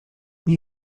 nie